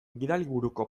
gidaliburuko